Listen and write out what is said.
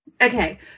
Okay